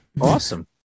Awesome